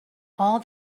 all